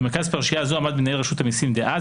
במרכז פרשייה זו עמדה מנהל רשות המיסים דאז,